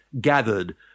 gathered